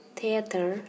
theater